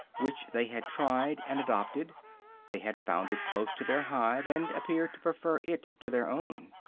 which they had tried and adopted they had found it close to their hive, and appeared to prefer it to their own.